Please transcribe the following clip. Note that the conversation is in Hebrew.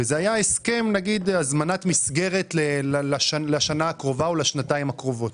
וזה נניח היה הסכם של הזמנת מסגרת לשנה הקרובה או לשנתיים הקרובות,